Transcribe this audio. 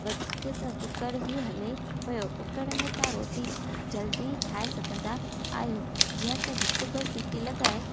वधीक त कुकर ई हले पियो कुकड़ में तव्हां रोटी जल्दी ठाहे सघंदा आहियो जीअं त हिकु ॿ सिटी लॻाए